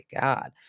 god